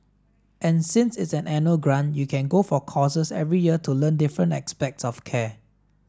and since it's an annual grant you can go for courses every year to learn different aspects of care